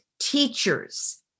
teachers